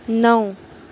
نو